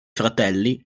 fratelli